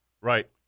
Right